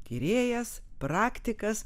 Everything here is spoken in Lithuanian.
tyrėjas praktikas